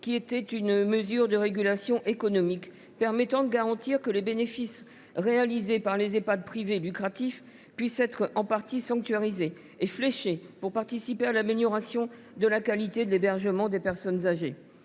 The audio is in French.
qui instaurait une mesure de régulation économique garantissant que les bénéfices réalisés par les Ehpad privés lucratifs soient en partie sanctuarisés et fléchés pour participer à l’amélioration de la qualité de l’hébergement des personnes âgées.